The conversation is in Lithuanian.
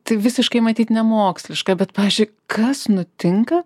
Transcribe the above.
tai visiškai matyt nemoksliška bet pavyzdžiui kas nutinka